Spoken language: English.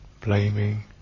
Blaming